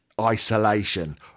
isolation